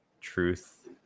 truth